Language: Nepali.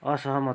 असहमत